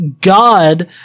God